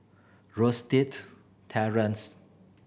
Terrance